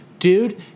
Dude